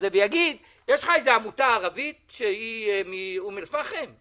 זה, ויגיד, יש לך עמותה ערבית שהיא מאום אל פחם,